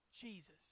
Jesus